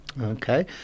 Okay